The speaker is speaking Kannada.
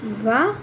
ವಾಹ್